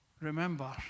Remember